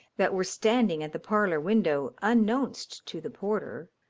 that were standing at the parlour window unknownst to the porter,